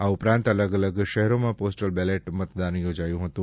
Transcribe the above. આ ઉપરાંત અલગ અલગ શહેરોમાં પોસ્ટલ બેલેટ મતદાન યોજાયું હતું